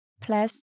plus